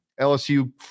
LSU